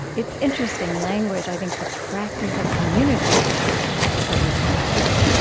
it's interesting language, i think. the practice of community is what you talk about.